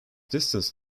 distance